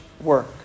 work